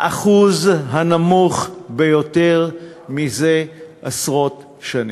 האחוז הנמוך ביותר זה עשרות שנים.